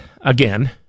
again